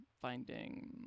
finding